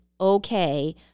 okay